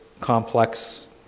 complex